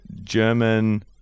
German